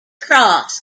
cross